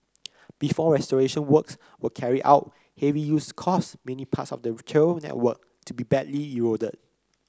before restoration works were carried out heavy use caused many parts of the trail network to be badly eroded